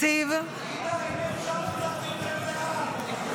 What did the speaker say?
גילה, אם אפשר קצת יותר לאט.